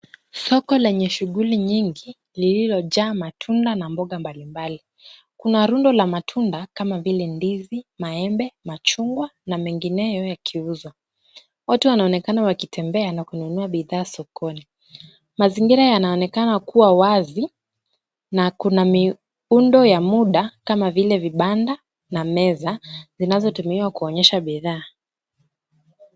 Soko lenye shughuli nyingi lililojaa matunda na mboga mbalimbali. Kuna rundo la matunda kama vile ndizi, maembe, machungwa na mengineo yakiuzwa. Watu wanaonekana wakitembea na kununua bidhaa sokoni. Mazingira yanaonekana kuwa wazi na kuna miundo ya muda kama vile vibanda na meza zinazotumiwa kuonyesha bidhaa.